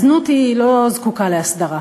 הזנות לא זקוקה להסדרה.